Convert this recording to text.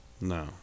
No